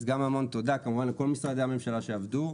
אז גם המון תודה כמובן לכל משרדי הממשלה שעבדו,